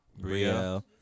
Brielle